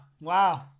Wow